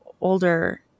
older